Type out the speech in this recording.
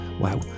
Wow